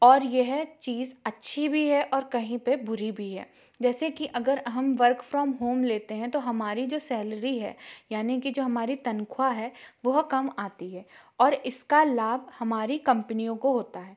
और यह चीज अच्छी भी है और कहीं पे बुरी भी है जैसे कि अगर हम वर्क फ्रॉम होम लेते है तो हमारी जो सैलरी है यानि कि जो हमारी तनख्वाह है वह कम आती है और इसका लाभ हमारी कंपनियों को होता है